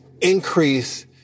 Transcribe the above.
Increase